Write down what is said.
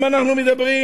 אם אנחנו מדברים